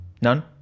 None